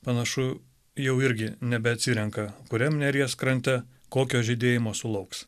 panašu jau irgi nebeatsirenka kuriam neries krante kokio žydėjimo sulauks